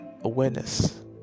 awareness